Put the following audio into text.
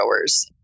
growers